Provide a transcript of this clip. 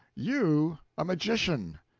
you a magician!